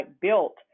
built